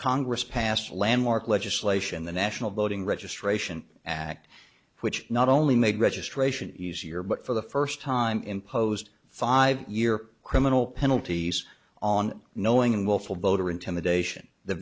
congress passed landmark legislation the national voting registration act which not only made registration easier but for the first time imposed five year criminal penalties on knowing and willful voter intimidation the